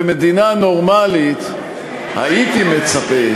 במדינה נורמלית הייתי מצפה,